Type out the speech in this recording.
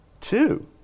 Two